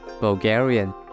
Bulgarian